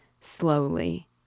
Slowly